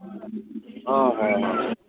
অ হয় হয়